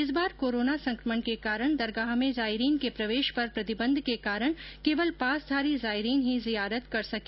इस बार कोरोना संक्रमण के कारण दरगाह में जायरीन के प्रवेश पर प्रतिबंध के कारण केवल पासधारी जायरीन ही जियारत कर रहे हैं